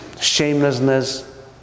shamelessness